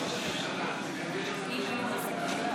עם עמיר פרץ לראש הממשלה.